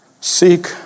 seek